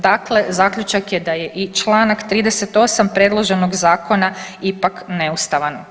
Dakle, zaključak je da je i čl. 38. predloženog zakona ipak neustavan.